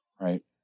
right